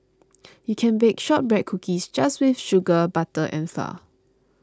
you can bake Shortbread Cookies just with sugar butter and flour